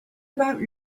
about